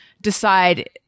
decide